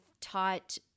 taught